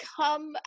come